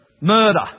Murder